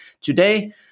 today